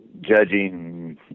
judging